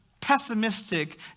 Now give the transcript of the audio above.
pessimistic